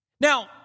Now